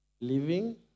Living